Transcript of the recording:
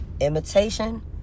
Imitation